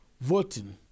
voting